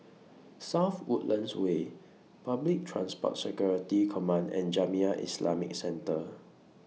South Woodlands Way Public Transport Security Command and Jamiyah Islamic Centre